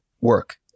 work